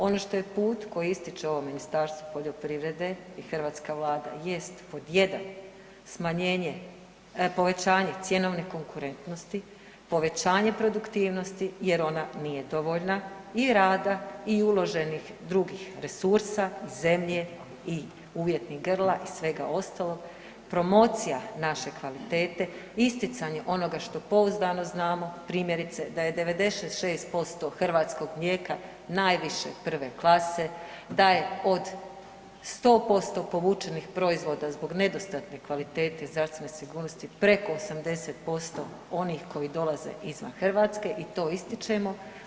Ono što je put koje ističe ovo Ministarstvo poljoprivrede i hrvatska vlada jest pod 1. smanjenje, povećanje cjenovne konkurentnosti, povećanje produktivnosti jer ona nije dovoljna i rada i uloženih drugih resursa, zemlje i uvjetnih grla i svega ostalog, promocija naše kvalitete, isticanje onoga što pouzdano znamo, primjerice da je 96% hrvatskog mlijeka najviše prve klase, da je od 100% povučenih proizvoda zbog nedostatne kvalitete i zdravstvene sigurnosti, preko 80% onih koji dolaze izvan Hrvatske i to ističemo.